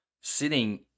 sitting